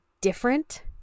different